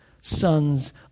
sons